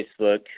Facebook